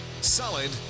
solid